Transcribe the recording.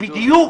בדיוק